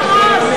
בעד,